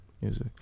music